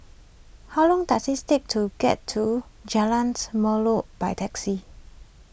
how long does it take to get to Jalan Melor by taxi